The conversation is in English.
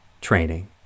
training